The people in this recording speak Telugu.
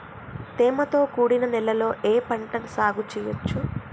తేమతో కూడిన నేలలో ఏ పంట సాగు చేయచ్చు?